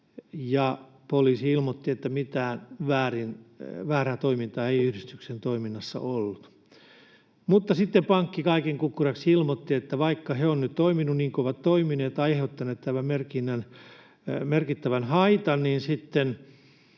ja poliisi ilmoitti, että mitään väärää toimintaa ei yhdistyksen toiminnassa ollut. Sitten pankki kaiken kukkuraksi ilmoitti, että vaikka he ovat nyt toimineet kuin ovat toimineet, aiheuttaneet tämän merkittävän haitan